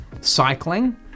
cycling